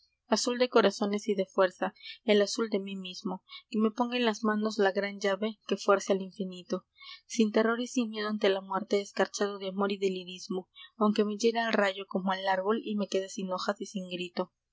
azul de corazones y de fuerza el azul de mí mismo que me ponga en las manos la gran llave que fuerce al infinito sin terror y sin miedo ante la muerte escarchado de amor y de lirismo aunque me hiera el rayo como al árbol y me quede sin hojas y sin grito